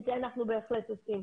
את זה אנחנו בהחלט עושים.